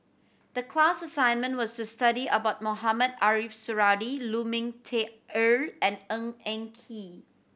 the class assignment was to study about Mohamed Ariff Suradi Lu Ming Teh Earl and Ng Eng Kee